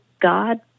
God